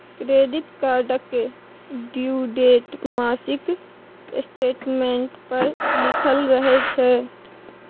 credit कार्डक due date मासिक statement पर लिखल रहय छै